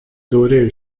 دوره